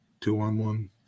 two-on-one